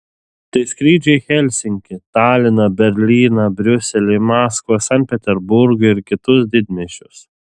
tai skrydžiai į helsinkį taliną berlyną briuselį maskvą sankt peterburgą ir kitus didmiesčius